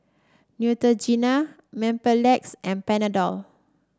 Neutrogena Mepilex and Panadol